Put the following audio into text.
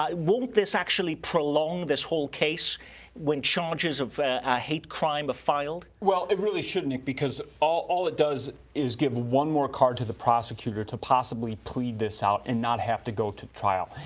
ah won't this actually prolong this whole case when charges of a hate crime are ah filed? well, it really shouldn't, nick, because all all it does is give one more card to the prosecutor to possibly plead this out and not have to go to trial.